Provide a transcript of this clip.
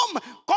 come